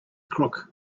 crook